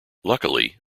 luckily